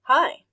Hi